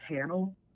panel